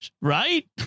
Right